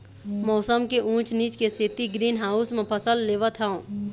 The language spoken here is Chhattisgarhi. मउसम के ऊँच नीच के सेती ग्रीन हाउस म फसल लेवत हँव